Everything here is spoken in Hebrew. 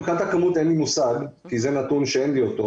מבחינת כמות אין לי מושג כי זה נתון שאין לי אותו.